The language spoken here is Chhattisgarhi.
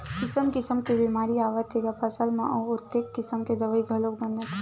किसम किसम के बेमारी आवत हे ग फसल म अउ ओतके किसम के दवई घलोक बनत हे